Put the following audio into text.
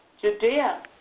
Judea